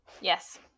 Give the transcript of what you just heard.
Yes